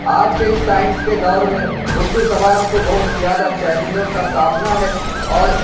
آج کے اس سائنس کے دور میں اردو زبان کو بہت زیادہ چیلنجوں کا سامنا ہے اور